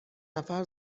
نفر